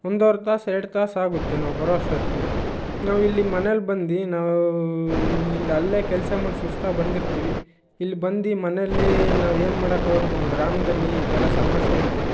ಒಂದೂವರೆ ತಾಸು ಎರಡು ತಾಸು ಆಗುತ್ತೆ ನಾವು ಬರೋ ಅಷ್ಟೊತ್ತಿಗೆ ನಾವು ಇಲ್ಲಿ ಮನೇಲ್ಲಿ ಬಂದು ನಾವು ಇನ್ನು ಇಲ್ಲಿ ಅಲ್ಲೇ ಕೆಲಸ ಮಾಡಿ ಸುಸ್ತಾಗಿ ಬಂದಿರ್ತೀವಿ ಇಲ್ಲಿ ಬಂದು ಮನೆಯಲ್ಲಿ ನಾವು ಏನು ಮಾಡಕ್ಕಾಗುತ್ತೆ ನಮ್ಮ ಗ್ರಾಮದಲ್ಲಿ ಈ ಥರ ಸಮಸ್ಯೆ ಐತೆ